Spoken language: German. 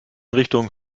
richtung